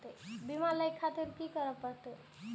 बीमा लेके खातिर की करें परतें?